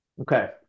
Okay